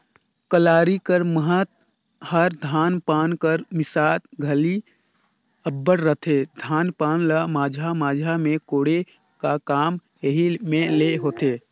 कलारी कर महत हर धान पान कर मिसात घनी अब्बड़ रहथे, धान पान ल माझा माझा मे कोड़े का काम एही मे ले होथे